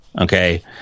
Okay